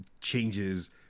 changes